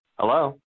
Hello